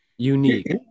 Unique